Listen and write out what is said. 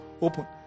open